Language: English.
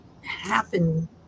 happen